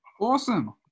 Awesome